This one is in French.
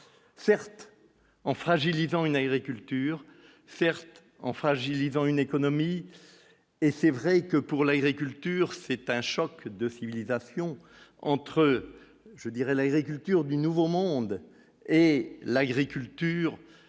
certes en fragilisant une agriculture certes en fragilisant une économie et c'est vrai que pour l'agriculture, c'est un choc de civilisations entre je dirais l'agriculture du Nouveau Monde et l'agriculture, des